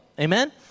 Amen